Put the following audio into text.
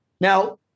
now